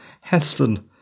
Heston